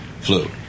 Flu